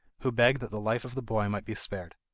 who begged that the life of the boy might be spared.